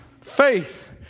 Faith